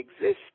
exist